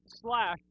slash